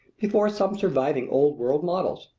before some surviving old-world models.